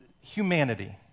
humanity